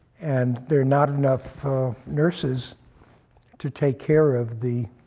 and there are not enough nurses to take care of the